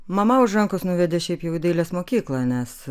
mama už rankos nuvedė šiaip jau į dailės mokyklą nes